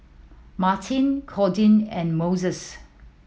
Martine Cordia and Moses